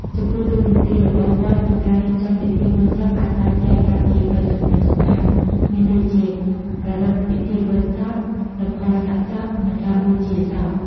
ចំពោះតួនាទីរបស់វត្តក្នុងការរៀបចំពិធីបុណ្យសពអាចបែងចែកបានជា ៣ចំណុចសំខាន់មានដូចជា ប្រារព្វពិធីបុណ្យសព កម្កលសាកសព និងការបូជាសព។